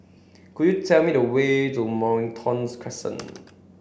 could you tell me the way to Mornington Crescent